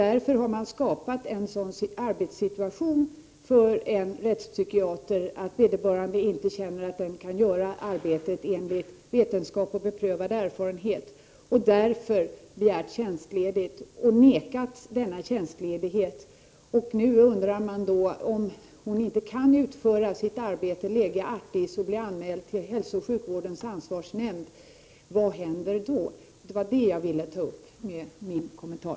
Därför har man skapat en sådan arbetssituation för en rättspsykiater att vederbörande känner att arbetet inte kan genomföras enligt vetenskap och beprövad erfarenhet, och på grund av detta har hon begärt tjänstledigt, vilket hon nekats. Då undrar man vad som händer om inte rättspsykiatern kan utföra sitt arbete de lege artis och blir anmäld till hälsooch sjukvårdens ansvarsnämnd. Det var vad jag ville ta upp i min kommentar.